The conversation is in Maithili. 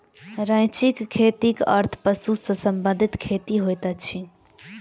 रैंचिंग खेतीक अर्थ पशु सॅ संबंधित खेती होइत अछि